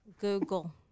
Google